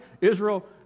Israel